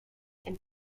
and